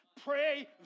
Pray